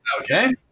Okay